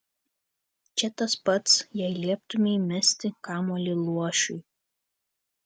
čia tas pat jei lieptumei mesti kamuolį luošiui